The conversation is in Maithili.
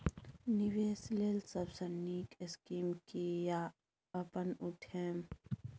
निवेश लेल सबसे नींक स्कीम की या अपन उठैम?